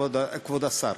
כבוד השר,